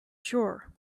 sure